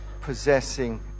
possessing